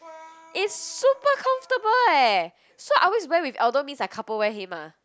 it's super comfortable eh so I always wear with Aldo means I couple wear him